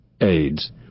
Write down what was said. AIDS